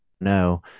No